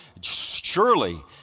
surely